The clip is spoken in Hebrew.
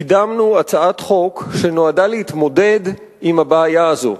קידמנו הצעת חוק שנועדה להתמודד עם הבעיה הזו.